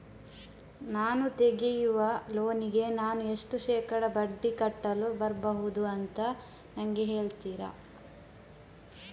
ನಾನು ತೆಗಿಯುವ ಲೋನಿಗೆ ನಾನು ಎಷ್ಟು ಶೇಕಡಾ ಬಡ್ಡಿ ಕಟ್ಟಲು ಬರ್ಬಹುದು ಅಂತ ನನಗೆ ಹೇಳ್ತೀರಾ?